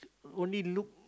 only look